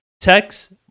text